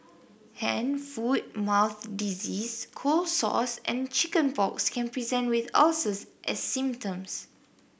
hand foot mouth disease cold sores and chicken pox can present with ulcers as symptoms